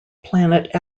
planet